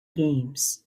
games